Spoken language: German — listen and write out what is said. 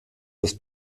des